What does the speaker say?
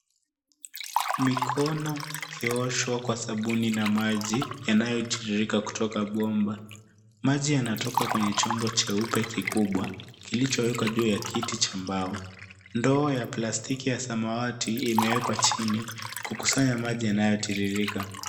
Mikono ikioshwa kwa sabuni na maji yanayotiririka kutoka bomba. Maji yanatoka kwenye chombo cheupe kikubwa kilichowekwa juu ya kiti cha mbao. Ndoo ya plastiki ya samawati imewekwa chini kukusanya maji yanayotiririka.